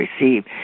receive